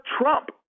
Trump